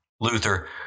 Luther